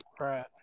Right